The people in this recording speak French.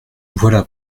voilà